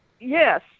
Yes